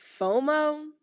FOMO